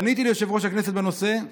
פניתי ליושב-ראש בנושא.